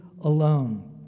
alone